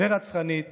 ורצחנית